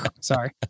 Sorry